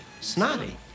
Snotty